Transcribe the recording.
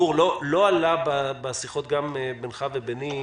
גור, לא עלה בשיחות בינך וביני